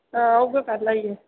हां उ'ऐ पैह्ला ही ऐ